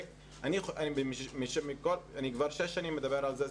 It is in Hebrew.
אני כבר שש שנים מדבר על זה,